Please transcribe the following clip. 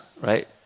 right